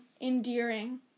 Endearing